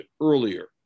earlier